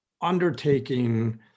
undertaking